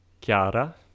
Chiara